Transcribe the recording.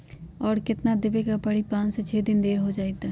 और केतना देब के परी पाँच से छे दिन देर हो जाई त?